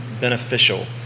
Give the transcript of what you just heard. beneficial